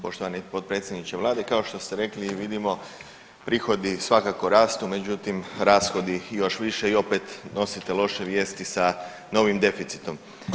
Poštovani potpredsjedniče vlade, kao što ste rekli i vidimo prihodi svakako rastu, međutim rashodi još više i opet nosite loše vijesti sa novim deficitom.